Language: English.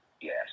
yes